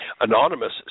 anonymous